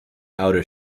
outer